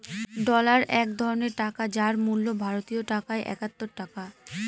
dollar এক ধরনের টাকা যার মূল্য ভারতীয় টাকায় একাত্তর টাকা